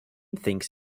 thinks